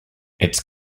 its